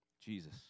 Jesus